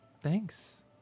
Thanks